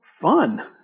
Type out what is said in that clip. fun